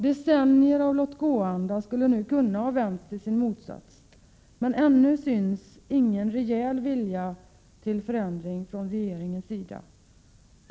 Decennier av låt-gå-anda skulle nu ha kunnat vändas i sin motsats, men ännu syns ingen rejäl vilja till förändring från regeringens sida.